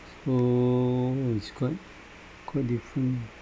so it's quite quite different